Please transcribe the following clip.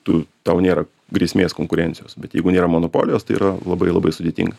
tu tau nėra grėsmės konkurencijos bet jeigu nėra monopolijos tai yra labai labai sudėtinga